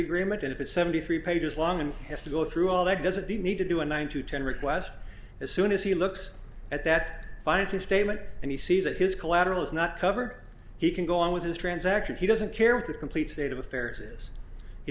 agreement and if it's seventy three pages long and have to go through all that doesn't he need to do a nine to ten request as soon as he looks at that finances statement and he sees that his collateral is not covered he can go on with his transaction he doesn't care with a complete state of affairs is he